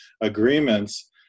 agreements